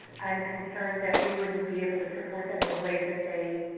i'm concerned that we wouldn't be able to support them in a way that they